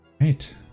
Right